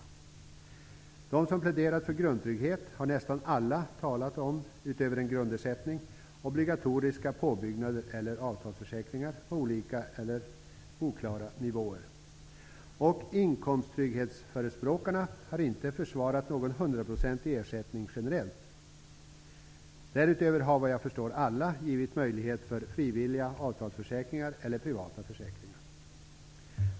Nästan alla de som har pläderat för grundtrygghet har, utöver en grundersättning, talat om obligatoriska påbyggnader eller avtalsförsäkringar på olika eller oklara nivåer. Inkomsttrygghetsförespråkarna har inte försvarat någon generell hundraprocentig ersättning. Därutöver har, såvitt jag förstår, alla velat ge möjlighet till frivilliga avtalsförsäkringar eller privata försäkringar.